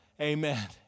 amen